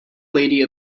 lady